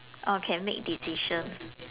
oh can make decisions